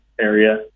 area